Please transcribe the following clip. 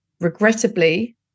Regrettably